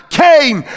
came